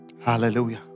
Hallelujah